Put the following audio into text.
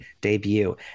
debut